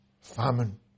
famine